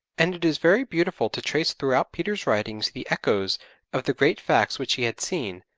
and it is very beautiful to trace throughout peter's writings the echoes of the great facts which he had seen,